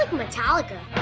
metallica.